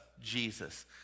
Jesus